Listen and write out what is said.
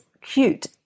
cute